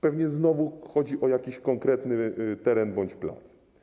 Pewnie znowu chodzi o jakiś konkretny teren bądź plac.